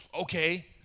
okay